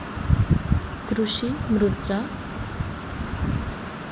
कृषी मृदा विज्ञानामध्ये मातीची सुपीकता आणि स्वास्थ्याची तपासणी केली जाते